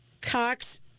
Cox